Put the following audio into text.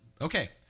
Okay